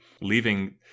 leaving